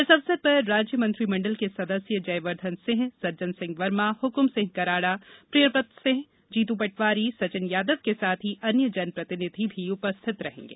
इस अवसर पर राज्य मंत्रिमंडल के सदस्य जयवर्धन सिंह सज्जन सिंह वर्मा हुकुम सिंह कराड़ा प्रियवृत सिंह जीतू पटवारी सचिन यादव के साथ ही अन्य जनप्रतिनिधि भी उपस्थित रहेंगे